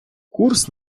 курс